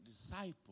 disciple